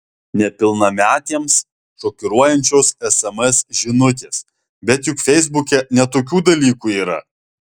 nepilnametėms šokiruojančios sms žinutės bet juk feisbuke ne tokių dalykų yra